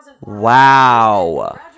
Wow